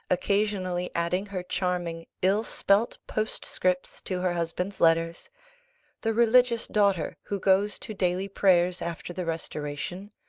occasionally adding her charming, ill-spelt postscripts to her husband's letters the religious daughter who goes to daily prayers after the restoration,